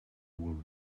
will